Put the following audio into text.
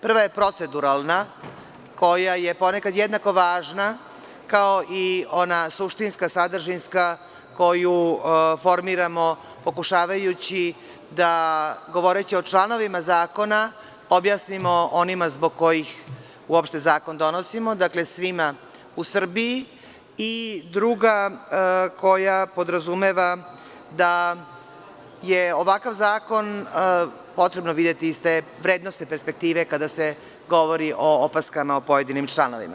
Prva je proceduralna koja je ponekad jednako važna kao i ona suštinska sadržinska koju formiramo pokušavajući da govoreći o članovima zakona objasnimo onima zbog kojih uopšte zakon donosimo, dakle svima u Srbiji, i druga koja podrazumeva da je ovakav zakon potrebno videti iz te vrednosne perspektive kada se govori o opaskama o pojedinim članovima.